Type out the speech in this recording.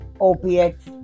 opiates